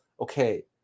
okay